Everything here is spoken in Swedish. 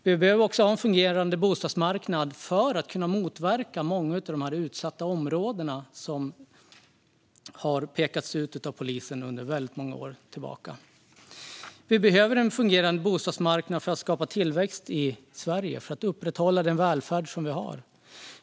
Vi behöver ha en fungerande bostadsmarknad också för att kunna motverka många av de utsatta områden som har pekats ut av polisen sedan många år tillbaka. Vi behöver en fungerande bostadsmarknad för att skapa tillväxt i Sverige och upprätthålla den välfärd vi har.